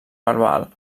verbal